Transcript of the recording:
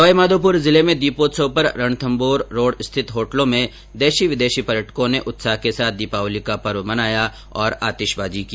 सवाईमाधोपुर जिले में दीपोत्सव पर रणथम्भौर रोड स्थित होटलों में देशी विदेशी पर्यटकों ने उत्साह के साथ दीपावली का पर्व मनाया और आतिशबाजी की